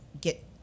get